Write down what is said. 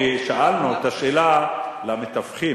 כי הפנינו את השאלה למתווכים.